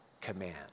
command